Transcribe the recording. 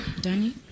Danny